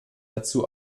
dazu